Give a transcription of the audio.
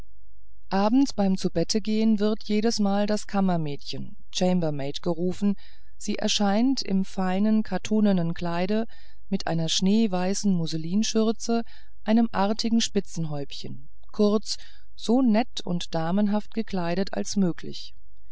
abends beim zubettegehen wird jedesmal das kammermädchen chambermaid gerufen sie erscheint im feinen kattunenen kleide mit einer schneeweißen musselinschürze einem artigen spitzenhäubchen kurz so nett und damenhaft gekleidet als möglich